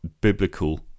Biblical